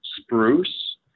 spruce